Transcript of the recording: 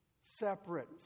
Separate